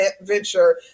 venture